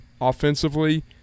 offensively